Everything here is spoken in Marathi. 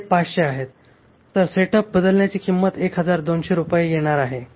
ते 500 आहेत तर सेटअप बदलण्याची किंमत 1200 रुपये येणार आहे